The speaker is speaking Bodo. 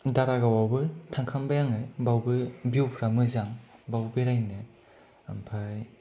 दारागावआवबो थांखांबाय आङो बावबो भिउफ्रा मोजां बाव बेरायनो आमफाय